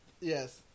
Yes